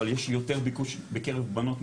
אבל יש יותר ביקוש בקרב בנות,